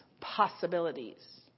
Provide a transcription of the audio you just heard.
possibilities